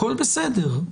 הכול בסדר.